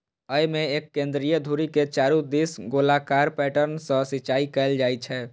अय मे एक केंद्रीय धुरी के चारू दिस गोलाकार पैटर्न सं सिंचाइ कैल जाइ छै